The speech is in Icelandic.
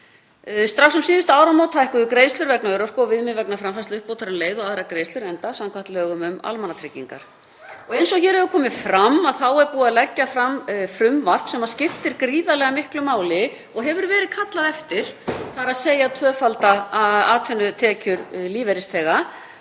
Strax um síðustu áramót hækkuðu greiðslur vegna örorku og viðmið vegna framfærsluuppbótarinnar um leið og aðrar greiðslur, enda samkvæmt lögum um almannatryggingar. Eins og hér hefur komið fram þá er búið að leggja fram frumvarp sem skiptir gríðarlega miklu máli og hefur verið kallað eftir, þ.e. að tvöfalda atvinnutekjur lífeyrisþega.